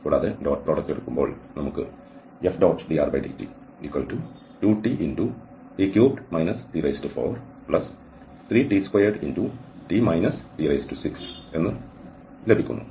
കൂടാതെ dot product എടുക്കുമ്പോൾ നമുക്ക് Fdrdt2tt3 t43t2 ലഭിക്കും